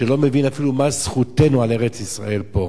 שלא מבין אפילו מה זכותנו על ארץ-ישראל פה,